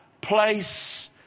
place